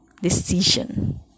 decision